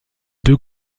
deux